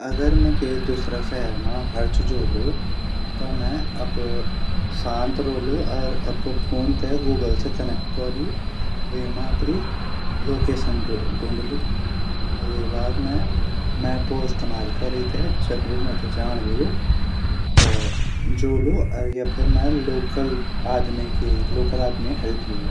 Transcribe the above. अगर मैं के दूसरा शैहर मा हरच जोलु ता मैं शांत रोलु अर अपा फ़ोन ते गूगल से कनेक्ट करलु अर वेमा अपरी लोकेशन धुन्ड़लु अर वेगा बाद मैं मपो इस्तेमाल कोरी ते जख भी मैते जांड वोलु व जोलु अर या फिर मैं लोकल आदमी हेल्प ले ल्योलु।